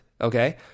okay